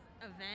event